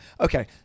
Okay